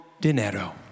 dinero